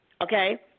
Okay